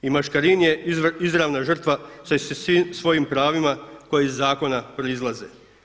I Maškarin je izravna žrtva sa svim svojim pravima koji iz zakona proizlaze.